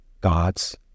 God's